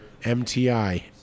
MTI